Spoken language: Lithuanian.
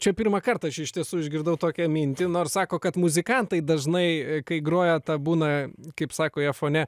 čia pirmą kartą aš iš tiesų išgirdau tokią mintį nors sako kad muzikantai dažnai kai groja ta būna kaip sako jie fone